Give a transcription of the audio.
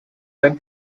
sein